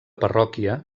parròquia